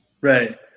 Right